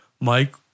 Mike